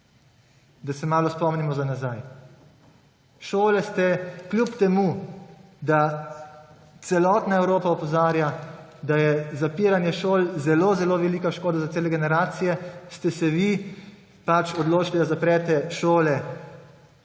Da se malo spomnimo nazaj. Šole ste, kljub temu da celotna Evropa opozarja, da je zapiranje šol zelo zelo velika škoda za cele generacije, vi ste se pač odločili, da zaprete šole